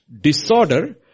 disorder